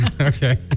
Okay